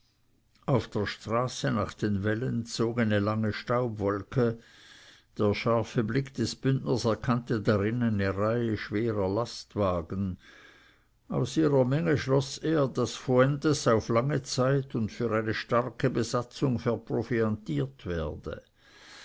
auf der straße nach den wällen zog eine lange staubwolke der scharfe blick des bündners erkannte darin eine reihe schwerer lastwagen aus ihrer menge schloß er daß fuentes auf lange zeit und für eine starke besatzung verproviantiert werde